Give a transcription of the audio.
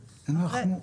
איתי,